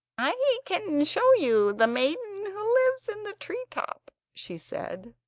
i can show you the maiden who lives in the tree-top she said,